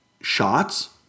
shots